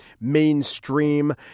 mainstream